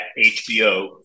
HBO